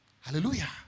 Hallelujah